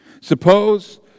Suppose